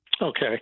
Okay